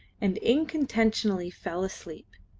and incontinently fell asleep.